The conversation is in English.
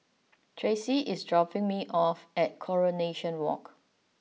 Tracie is dropping me off at Coronation Walk